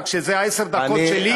רק שזה עשר הדקות שלי,